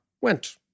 went